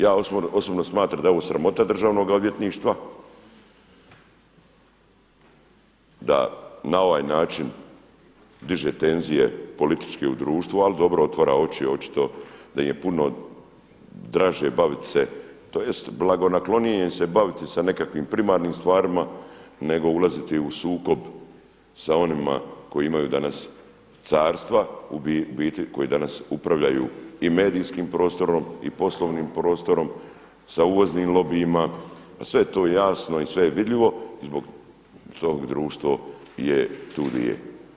Ja osobno smatram da je ovo sramota Državnog odvjetništva da na ovaj način diže tenzije političke u društvu ali dobro otvara oči očito da im je puno draže baviti se tj. blagonaklonije im se baviti sa nekakvim primarnim stvarima nego ulaziti u sukob sa onima koji imaju danas carstva, u biti koji danas upravljaju i medijskim prostorom, i poslovnim prostorom, sa uvoznim lobijima, ma sve je to jasno i sve je vidljivo zbog tog društvo je tu di je.